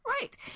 Right